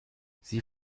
sie